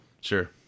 Sure